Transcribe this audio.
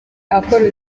akora